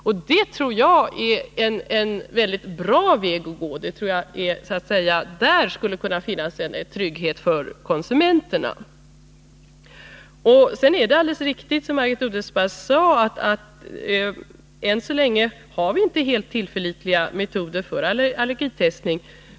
Jag tror att det är en väldigt bra väg att gå och att man på det sättet kan finna trygghet för konsumenterna. Sedan är det alldeles riktigt som Margit Odelsparr säger, att vi än så länge inte har helt tillförlitliga metoder för allergitestning.